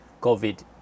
COVID